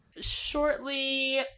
shortly